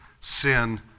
sin